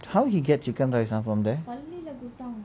how he get chicken rice ah from there